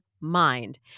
mind